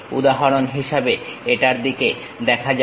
উদাহরণ হিসেবে এটার দিকে দেখা যাক